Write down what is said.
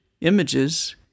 images